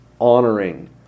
honoring